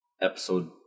episode